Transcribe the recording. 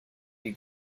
you